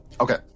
okay